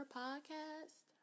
podcast